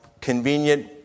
convenient